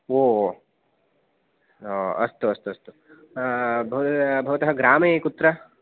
ओ हा अस्तु अस्तु अस्तु भवतः ग्रामः कुत्र